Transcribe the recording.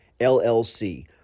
LLC